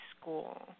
school